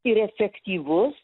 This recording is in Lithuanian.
ir efektyvus